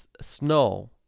Snow